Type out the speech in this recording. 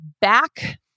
back